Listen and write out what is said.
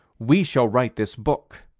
we shall write this book.